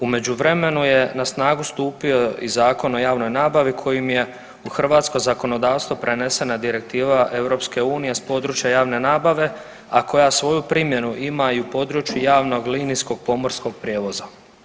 U međuvremenu je na snagu stupio i Zakon o javnoj nabavi kojim je u hrvatsko zakonodavstvo prenesena Direktiva EU iz područja javne nabave, a koja svoju primjenu ima i u području javnog linijskog pomorskog prijevoza.